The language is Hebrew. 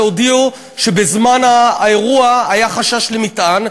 שהודיעו שבזמן האירוע היה חשש למטען,